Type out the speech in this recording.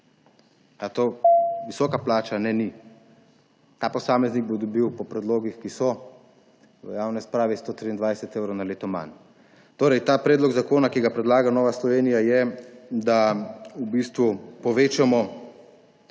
je to visoka plača? Ne, ni. Ta posameznik bi dobil po predlogih, ki so, 123 evrov na leto manj. Ta predlog zakona, ki ga predlaga Nova Slovenija, je, da v bistvu povečamo